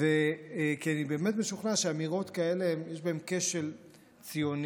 כי אני באמת משוכנע שאמירות כאלה יש בהן כשל ציוני,